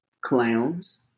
Clowns